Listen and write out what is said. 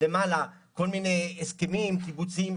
למעלה - כל מיני הסכמים קיבוציים,